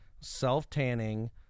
self-tanning